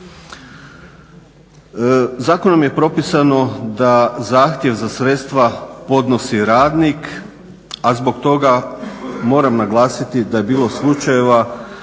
Zakonom je propisano da zahtjev za sredstva podnosi radnik a zbog toga moram naglasiti da je bilo slučajeva